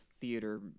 theater